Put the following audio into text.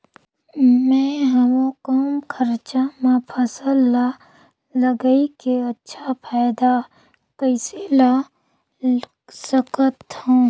मैं हवे कम खरचा मा फसल ला लगई के अच्छा फायदा कइसे ला सकथव?